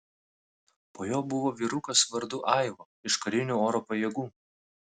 po jo buvo vyrukas vardu aivo iš karinių oro pajėgų